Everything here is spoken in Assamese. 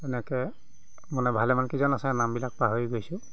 তেনেকৈ মানে ভালেমানকেইজন আছে নামবিলাক পাহৰি গৈছোঁ